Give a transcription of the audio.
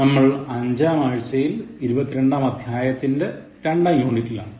നമ്മൾ അഞ്ചാം ആഴ്ച്ചയിൽ ഇരുപത്തിരണ്ടാം അധ്യായത്തിന്റെ രണ്ടാം യൂണിറ്റിലാണ്